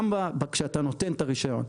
גם כשאתה נותן את הרישיון,